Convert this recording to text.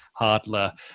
Hardler